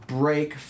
break